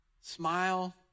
smile